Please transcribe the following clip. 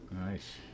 Nice